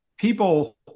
people